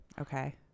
okay